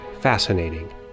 fascinating